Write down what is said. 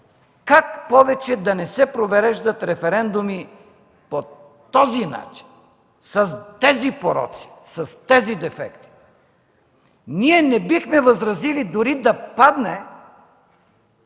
как повече да не се провеждат референдуми по този начин, с тези пороци, с тези дефекти. Ние не бихме възразили дори да падне